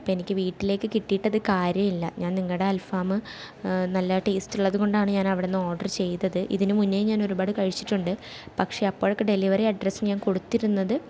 അപ്പം എനിക്ക് വീട്ടിലേക്ക് കിട്ടിയിട്ടത് കാര്യമില്ല ഞാൻ നിങ്ങളുടെ അൽഫാം നല്ല ടേസ്റ്റുള്ളത് കൊണ്ടാണ് ഞാനാവിടെ നിന്ന് ഓർഡർ ചെയ്തത് ഇതിനു മുൻപേ ഞാനൊരുപാട് കഴിച്ചിട്ടുണ്ട് പക്ഷേ അപ്പോഴൊക്കെ ഡെലിവറി അഡ്രസ് ഞാൻ കൊടുത്തിരുന്നത്